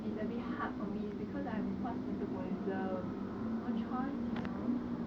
it's a bit hard for me it's because I have fast metabolism no choice you know